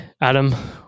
Adam